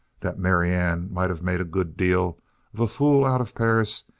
that marianne might have made a good deal of a fool out of perris,